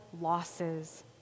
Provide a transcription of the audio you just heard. losses